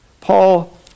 Paul